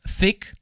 thick